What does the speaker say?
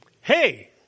Hey